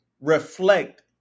reflect